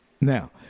Now